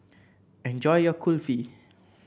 enjoy your Kulfi